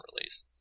release